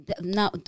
now